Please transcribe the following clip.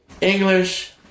English